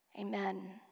Amen